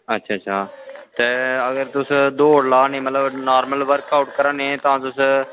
अच्छा अच्छा अगर तुस दौड़ लानै तां नॉर्मल वर्कआऊट कराने तां तुस